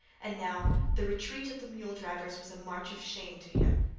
and now the retreat of the mule drivers was a march of shame to him.